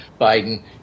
Biden